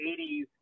80s